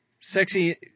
sexy